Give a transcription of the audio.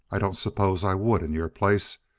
i don't suppose i would in your place.